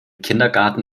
kindergarten